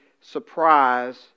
surprise